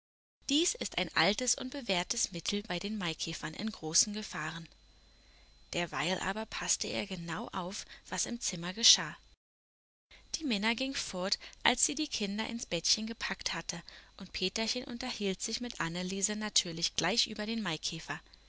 dies ist ein altes und bewährtes mittel bei den maikäfern in großen gefahren derweil aber paßte er genau auf was im zimmer geschah die minna ging fort als sie die kinder ins bettchen gepackt hatte und peterchen unterhielt sich mit anneliese natürlich gleich über den maikäfer